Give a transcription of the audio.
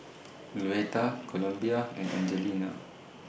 Louetta Columbia and Angelina